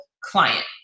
client